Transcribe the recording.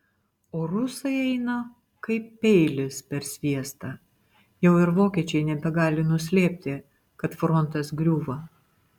o rusai eina kaip peilis per sviestą jau ir vokiečiai nebegali nuslėpti kad frontas griūva